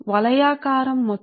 సరే